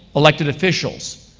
elected officials,